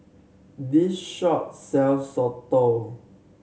this shop sells Soto